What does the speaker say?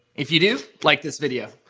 if you do, like this video.